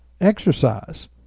exercise